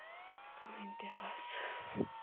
کٔہیٖنۍ تہِ بَس